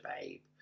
babe